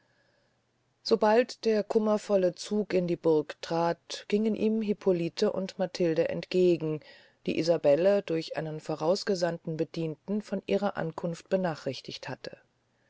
sobald der kummervolle zug in die burg trat gingen ihm hippolite und matilde entgegen die isabelle durch einen vorausgesandten bedienten von ihrer ankunft benachrichtigt hatte